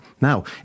Now